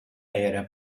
era